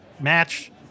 match